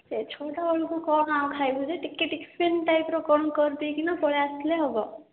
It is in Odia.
ସେହି ଛଅଟା ବେଳକୁ କ'ଣ ଆଉ ଖାଇବୁ ଯେ ଟିକେ ଟିଫିନ୍ ଟାଇପ୍ର କ'ଣ କରି ଦେଇକିନା ପଳାଇ ଆସିଲେ ହେବ